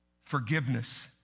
Forgiveness